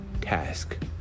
task